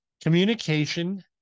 Communication